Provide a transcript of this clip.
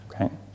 Okay